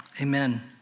Amen